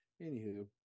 Anywho